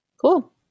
Cool